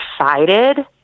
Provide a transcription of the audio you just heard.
excited